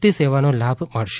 T સેવાનો લાભ મળશે